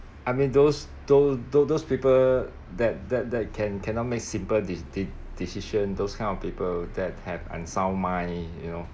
I mean those tho~ tho~ those people that that that can cannot make simple de~ de~ decision those kind of people that have unsound mind you know